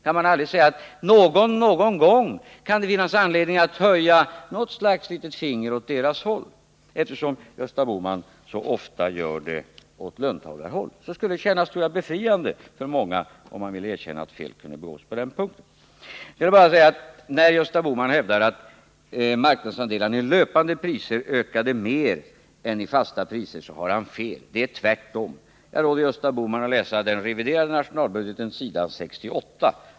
Kan han aldrig säga att någon gång kan det finnas anledning att höja ett litet finger åt deras håll, eftersom Gösta Bohman så ofta gör det åt löntagarhåll? Det skulle, tror jag, kännas befriande om Gösta Bohman ville erkänna att fel kan begås på den punkten. När Gösta Bohman hävdar att marknadsandelarna i löpande priser ökade mer än i fasta priser, så har han fel. Det är tvärtom. Jag råder Gösta Bohman att läsa den reviderade nationalbudgeten, s. 68.